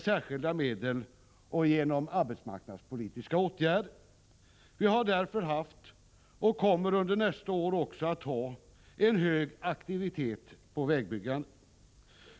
särskilda medel och genom arbetsmarknadspolitiska åtgärder. Vi har därför haft, och kommer under nästa år också att ha, en hög aktivitet på vägbyggandet.